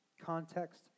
Context